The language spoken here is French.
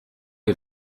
est